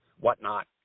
whatnot